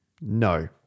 No